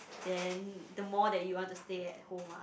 then the more that you want to stay at home ah